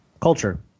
culture